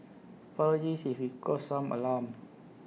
apologies if we caused some alarm